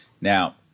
Now